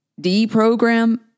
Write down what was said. deprogram